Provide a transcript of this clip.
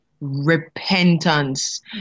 repentance